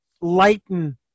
lighten